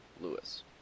Lewis